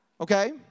Okay